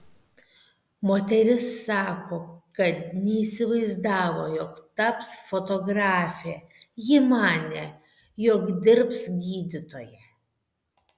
moteris sako kad neįsivaizdavo jog taps fotografe ji manė jog dirbs gydytoja